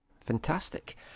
Fantastic